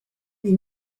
they